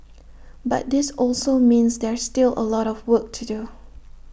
but this also means there's still A lot of work to do